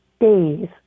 days